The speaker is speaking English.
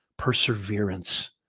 perseverance